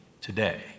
today